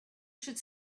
should